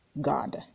God